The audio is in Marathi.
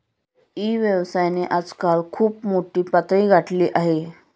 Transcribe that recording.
ई व्यवसायाने आजकाल खूप मोठी पातळी गाठली आहे